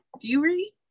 fury